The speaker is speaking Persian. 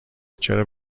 چرا